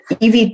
EV